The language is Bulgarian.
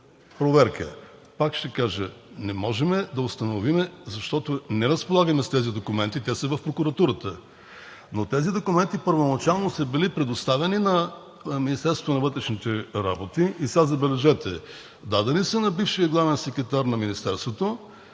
проверка. Пак ще кажа, не можем да установим, защото не разполагаме с тези документи, те са в прокуратурата. Но тези документи първоначално са били предоставени на Министерството на вътрешните работи и сега, забележете, дадени са на бившия главен секретар на Министерството